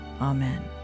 Amen